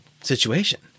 situation